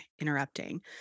interrupting